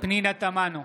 פנינה תמנו,